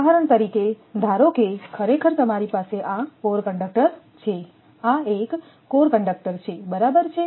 ઉદાહરણ તરીકે ધારો કે ખરેખર તમારી પાસે આ કોર કંડક્ટર છે આ એક કોર કંડક્ટર છે બરાબર છે